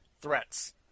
Threats